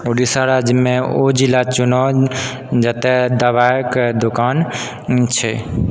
ओडिशा राज्यमे ओ जिला चुनु जतऽ दवाइके दोकान छैक